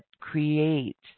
create